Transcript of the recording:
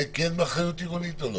זה כן באחריות עירונית או לא?